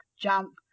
jump